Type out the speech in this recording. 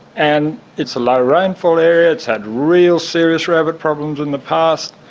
and it's a low rainfall area, it's had real serious rabbit problems in the past,